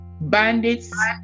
bandits